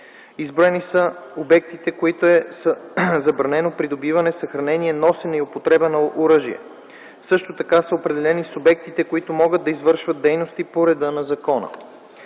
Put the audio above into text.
Изброени са обектите, за които е забранено придобиване, съхранение, носене и употреба на оръжие. Също така са определени субектите, които могат да извършват дейности по реда на закона.